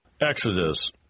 Exodus